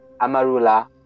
Amarula